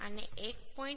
આને 1